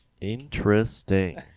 Interesting